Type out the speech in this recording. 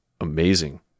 amazing